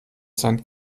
sand